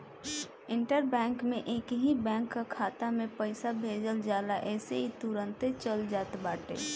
inter bank में एकही bank कअ खाता में पईसा भेज जाला जेसे इ तुरंते चल जात बाटे